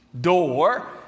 door